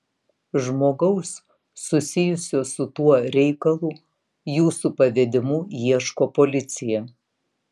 žmogaus susijusio su tuo reikalu jūsų pavedimu ieško policija